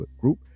group